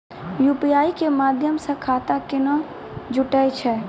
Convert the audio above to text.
UPI के माध्यम से खाता केना जुटैय छै?